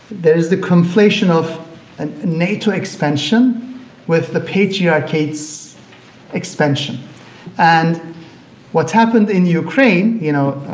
there is the conflation of and nato expansion with the patriarchate's expansion and what happened in ukraine, you know,